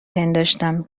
پنداشتم